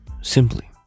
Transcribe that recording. simply